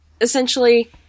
essentially